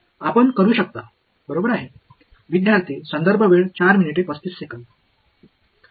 आपण करू शकता बरोबर आहे